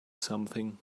something